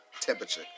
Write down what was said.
temperature